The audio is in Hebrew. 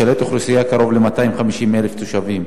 משרת אוכלוסייה של קרוב ל-250,000 תושבים.